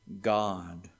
God